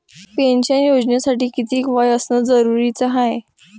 Pension योजनेसाठी कितीक वय असनं जरुरीच हाय?